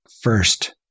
First